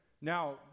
Now